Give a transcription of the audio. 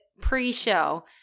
pre-show